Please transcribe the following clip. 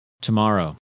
Tomorrow